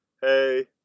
hey